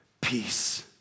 Peace